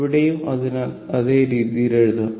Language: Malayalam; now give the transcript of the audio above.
ഇവിടെയും അതിനാൽ അതേ രീതിയിൽ എഴുതാം